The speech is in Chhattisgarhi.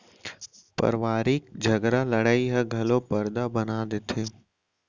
परवारिक झगरा लड़ई ह घलौ परदा बना देथे